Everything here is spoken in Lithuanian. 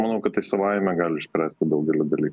manau kad tai savaime gali išspręsti daugelį dalykų